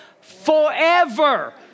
Forever